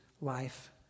life